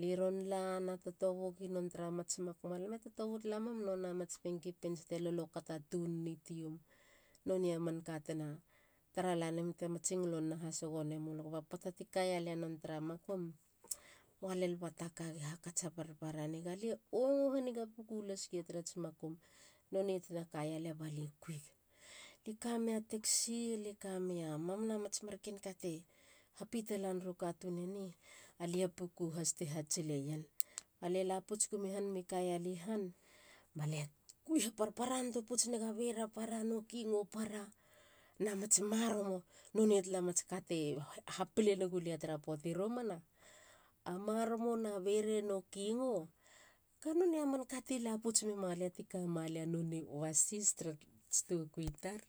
li ron la na totobu gi non tara mats makum. alam e totobu talamen nona mats pinky pants te lolo kata tunini tsiom. nonei amanka tena tara lanem te matsingolon hasogoho nemulu. Ba poata ti kaia la ron tara makum. hesitatiion. mualel ba takagi hakats ha parparani. galie ongo haniga puku hasgia non tarats makum nonei tina kaia lia bale kuig. Li kamei a taxi. li kamei a mamana mats marken ka te hapita laneriu katun eni. alia puku has ti hatsileien ba lie la pouts gumu han. mi kaia li han ba lie kui ha parparan tua pouts nega bera para no kingo para na mats maromo. nonei tala matska te ha pile negulia tara puati romana. A maromo na bere no kingo ga nonei a manka ti lapouts mema lia ti kama lia nonei overseas tarat tokui tar